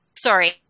Sorry